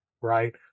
right